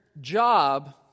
job